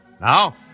Now